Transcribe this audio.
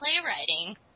playwriting